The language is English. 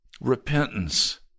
Repentance